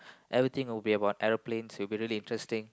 everything would be about aeroplanes it would be really interesting